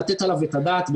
לתת עליו את הדעת,